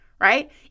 right